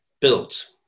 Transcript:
built